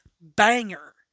banger